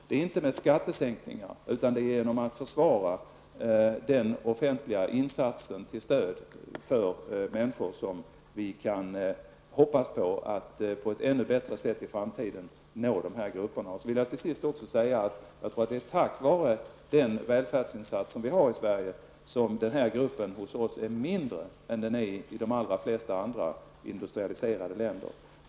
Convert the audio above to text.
Det är inte med skattesänkningar utan det är genom att försvara den offentliga insatsen till stöd för människor som vi kan hoppas på att nå de här grupperna på ett ännu bättre sätt i framtiden. Till sist vill jag också säga att jag tror att det är tack vare den välfärdsinsats som vi har i Sverige som den här gruppen är mindre hos oss än den är i de flesta andra industrialiserade länder.